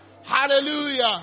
Hallelujah